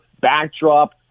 backdrop